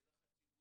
יש יותר הרוגים